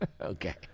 Okay